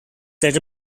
that